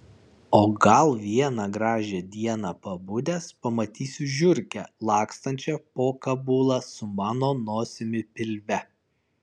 o gal vieną gražią dieną pabudęs pamatysiu žiurkę lakstančią po kabulą su mano nosimi pilve